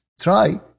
try